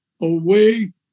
away